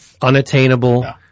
unattainable